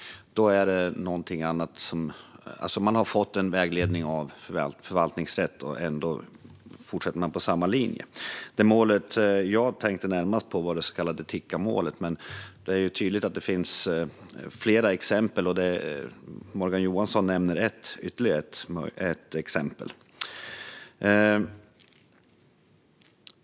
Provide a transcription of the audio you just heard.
Trots vägledning från förvaltningsrätten fortsätter man alltså på samma linje. Det målet jag tänkte på var det så kallade Tikkamålet, men det är tydligt att det finns fler eftersom Morgan Johansson nämner ytterligare ett exempel.